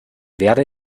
werde